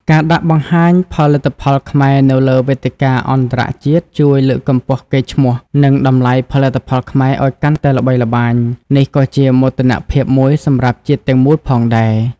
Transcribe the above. ការដាក់បង្ហាញផលិតផលខ្មែរនៅលើវេទិកាអន្តរជាតិជួយលើកកម្ពស់កេរ្តិ៍ឈ្មោះ និងតម្លៃផលិតផលខ្មែរឱ្យកាន់តែល្បីល្បាញ នេះក៏ជាមោទនភាពមួយសម្រាប់ជាតិទាំងមូលផងដែរ។